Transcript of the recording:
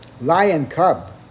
Lion-cub